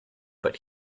but